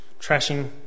trashing